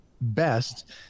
best